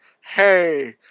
Hey